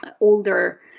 older